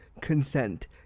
consent